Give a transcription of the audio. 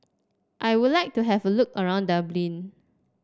I would like to have a look around Dublin